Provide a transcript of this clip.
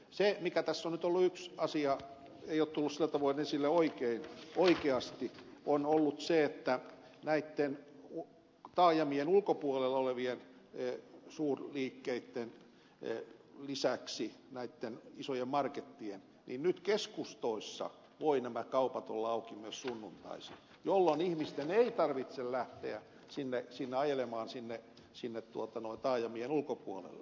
se mikä tässä on nyt ollut yksi asia joka ei ole tullut sillä tavoin esille oikeasti on ollut se että näitten taajamien ulkopuolella olevien suurliikkeitten lisäksi näitten isojen markettien lisäksi nyt keskustoissa voivat kaupat olla auki myös sunnuntaisin jolloin ihmisten ei tarvitse lähteä ajelemaan sinne taajamien ulkopuolelle